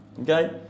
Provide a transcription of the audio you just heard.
Okay